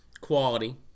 quality